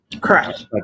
Correct